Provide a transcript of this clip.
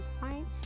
fine